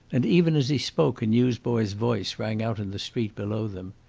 and even as he spoke a newsboy's voice rang out in the street below them.